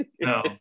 No